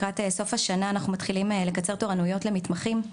לקראת סוף השנה אנחנו מתחילים לקצר שעות התמחויות למתמחים,